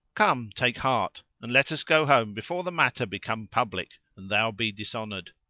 come, take heart and let us go home before the matter become public and thou be dishonoured.